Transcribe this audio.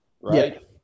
right